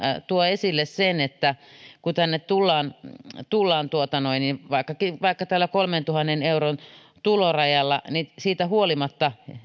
tuo esille sen että kun tänne tullaan tullaan vaikka vaikka tällä kolmentuhannen euron tulorajalla siitä huolimatta